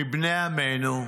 מבני עמנו,